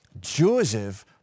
Joseph